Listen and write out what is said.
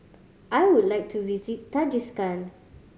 I would like to visit Tajikistan